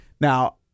Now